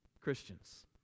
Christians